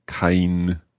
kein